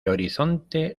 horizonte